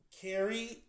Carrie